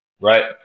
right